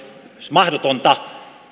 mahdotonta